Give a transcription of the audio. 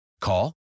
Call